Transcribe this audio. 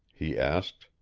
he asked.